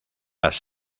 las